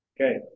Okay